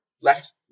Left